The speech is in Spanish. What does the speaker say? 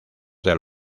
del